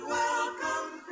welcome